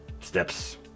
steps